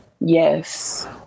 Yes